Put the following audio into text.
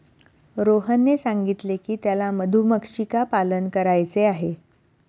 रोहनने सांगितले की त्याला मधुमक्षिका पालन करायचे आहे